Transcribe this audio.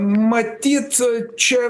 matyt čia